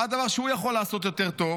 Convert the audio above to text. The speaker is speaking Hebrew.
מה הדבר שהוא יכול לעשות יותר טוב